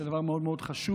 זה דבר מאוד מאוד חשוב,